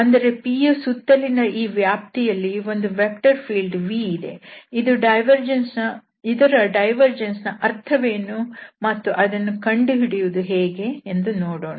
ಅಂದರೆ Pಯ ಸುತ್ತಲಿನ ಈ ವ್ಯಾಪ್ತಿಯಲ್ಲಿ ಒಂದು ವೆಕ್ಟರ್ ಫೀಲ್ಡ್ v ಇದೆ ಇದರ ಡೈವರ್ಜೆನ್ಸ್ನ ಅರ್ಥವೇನು ಮತ್ತು ಅದನ್ನು ಕಂಡುಹಿಡಿಯುವುದು ಹೇಗೆ ಎಂದು ನೋಡೋಣ